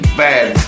bad